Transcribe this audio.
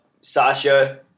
Sasha